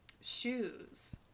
shoes